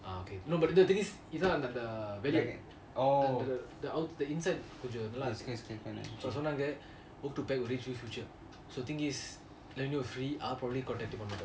ah okay